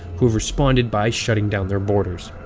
who have responded by shutting down their borders.